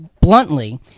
bluntly